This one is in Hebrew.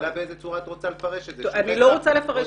השאלה באיזה צורה את רוצה לפרש את זה -- אני לא רוצה לפרש כלום,